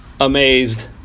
amazed